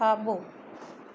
खाॿो